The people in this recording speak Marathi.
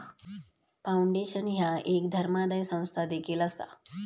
फाउंडेशन ह्या एक धर्मादाय संस्था देखील असा